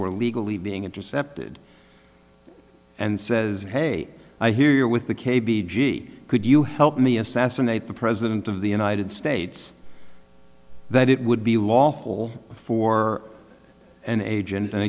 were legally being intercepted and says hey i hear you're with the k b g could you help me assassinate the president of the united states that it would be lawful for an agent and